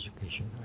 Education